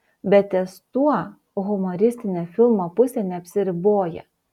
bet ties tuo humoristinė filmo pusė neapsiriboja